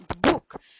book